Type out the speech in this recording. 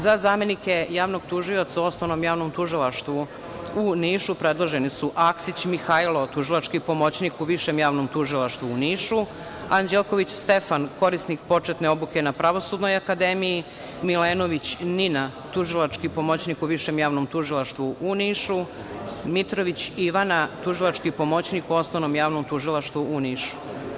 Za zamenike javnog tužioca u Osnovnom javnom tužilaštvu u Nišu predloženi su Aksić Mihajlo, tužilački pomoćnik u Višem javnom tužilaštvu u Nišu, Anđelković Stefan, korisnik početne obuke na Pravosudnoj akademiji, Milenović Nina, tužilački pomoćnik u Višem javnom tužilaštvu u Nišu, Mitrović Ivana, tužilački pomoćnik u Osnovnom javnom tužilaštvu u Nišu.